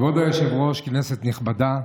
כבוד היושב-ראש, כנסת נכבדה,